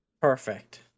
Perfect